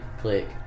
click